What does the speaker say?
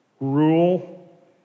rule